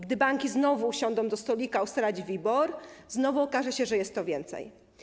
Gdy banki usiądą do stolika ustalać WIBOR, znowu okaże się, że jest to więcej.